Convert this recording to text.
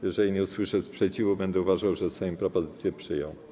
Jeżeli nie usłyszę sprzeciwu, będę uważał, że Sejm propozycję przyjął.